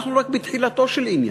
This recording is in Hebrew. אנחנו רק בתחילתו של עניין.